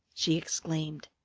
she exclaimed.